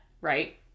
right